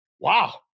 Wow